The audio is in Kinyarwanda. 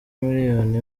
miliyoni